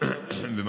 אנחנו מדברים,